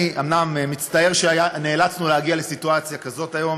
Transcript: אני אומנם מצטער שנאלצנו להגיע לסיטואציה כזאת היום,